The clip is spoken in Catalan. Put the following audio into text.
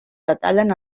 detallen